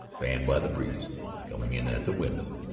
fanned by the breeze coming in at the window.